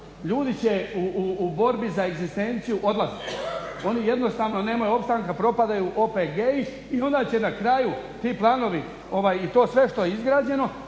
Ljudi će u borbi za egzistenciju odlazit, oni jednostavno nemaju opstanka, propadaju OPG-i i onda će na kraju ti planovi i to sve što je izgrađeno